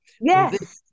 Yes